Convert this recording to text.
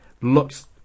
Looks